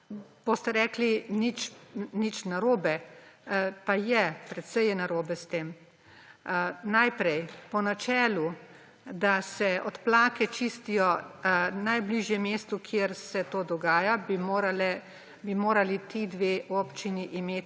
Boste rekli, nič narobe. Pa je, precej je narobe s tem. Najprej. Po načelu, da se odplake čistijo najbližje mestu, kjer se to dogaja, bi morali ti dve občini imeti